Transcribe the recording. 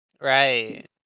Right